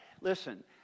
listen